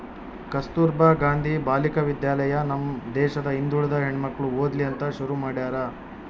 ಕಸ್ತುರ್ಭ ಗಾಂಧಿ ಬಾಲಿಕ ವಿದ್ಯಾಲಯ ನಮ್ ದೇಶದ ಹಿಂದುಳಿದ ಹೆಣ್ಮಕ್ಳು ಓದ್ಲಿ ಅಂತ ಶುರು ಮಾಡ್ಯಾರ